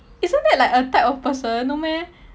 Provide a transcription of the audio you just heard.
isn't that like a type or person no meh